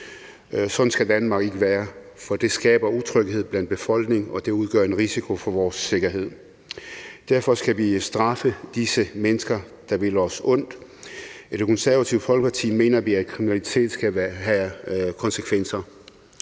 Sådan skal Danmark ikke være, for det skaber utryghed blandt befolkningen, og det udgør en risiko for vores sikkerhed. Derfor skal vi straffe disse mennesker, der vil os ondt. I Det Konservative Folkeparti mener vi, at kriminalitet skal have konsekvenser.